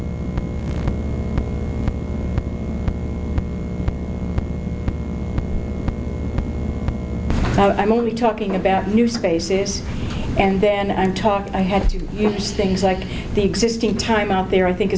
sleazy i'm only talking about new spaces and then i talk i have to use things like the existing time out there i think